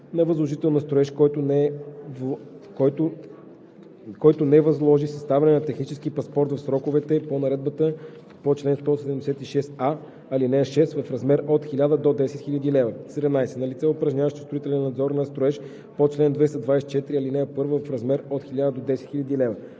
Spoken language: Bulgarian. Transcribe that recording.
на възложител на строеж, който не възложи съставянето на технически паспорт в сроковете по наредбата по чл. 176а, ал. 6 – в размер от 1000 до 10 000 лв. 17. на лице, упражняващо строителен надзор на строеж по чл. 224, ал. 1 – в размер от 1000 до 10 000 лв.;